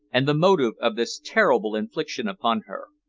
and the motive of this terrible infliction upon her.